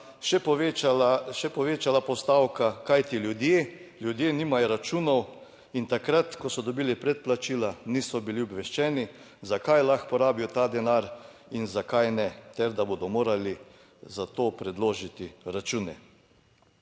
še povečala postavka, kajti ljudje, ljudje nimajo računov in takrat, ko so dobili predplačila, niso bili obveščeni za kaj lahko porabijo ta denar in za kaj ne ter da bodo morali za to predložiti račune.